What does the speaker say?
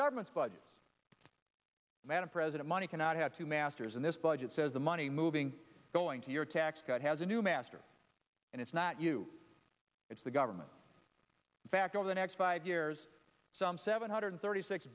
government's budget madam president money cannot have two masters in this budget says the money moving going to your tax cut has a new master and it's not you it's the government in fact over the next five years some seven hundred thirty six